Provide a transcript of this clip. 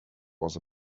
was